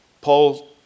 Paul